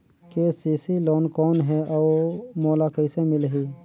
KCC loan कौन हे अउ मोला कइसे मिलही?